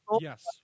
yes